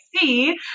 see